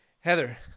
Heather